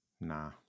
Nah